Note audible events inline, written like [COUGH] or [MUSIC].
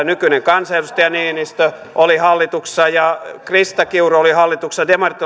[UNINTELLIGIBLE] nykyinen kansanedustaja niinistö oli hallituksessa ja krista kiuru oli hallituksessa demarit [UNINTELLIGIBLE]